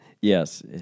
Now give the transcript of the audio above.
Yes